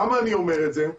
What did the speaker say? למה אני אומר את זה?